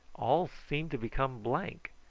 all seemed to become blank,